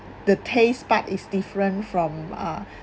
the taste bud is different from uh